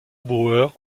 bauer